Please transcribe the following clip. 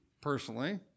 personally